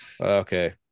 Okay